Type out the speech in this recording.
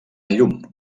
llum